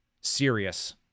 serious